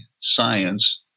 science